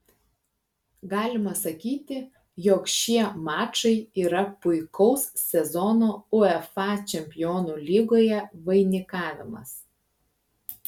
galima sakyti jog šie mačai yra puikaus sezono uefa čempionų lygoje vainikavimas